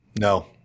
No